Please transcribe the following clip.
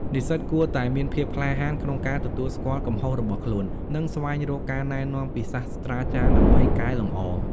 និស្សិតគួរតែមានភាពក្លាហានក្នុងការទទួលស្គាល់កំហុសរបស់ខ្លួន និងស្វែងរកការណែនាំពីសាស្រ្តាចារ្យដើម្បីកែលម្អ។